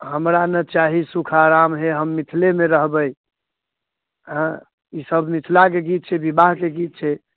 हमरा ने चाही सुख आराम हे हम मिथिलेमे रहबै हँ ई सब मिथलाके गीत छै विवाहके गीत छै